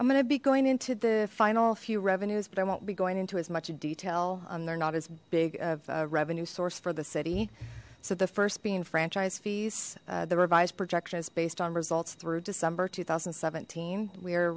i'm gonna be going into the final few revenues but i won't be going into as much of detail and they're not as big of a revenue source for the city so the first being franchise fees the revised projection is based on results through december two thousand and seventeen we